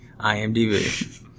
IMDb